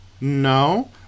No